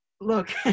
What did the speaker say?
Look